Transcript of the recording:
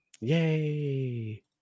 Yay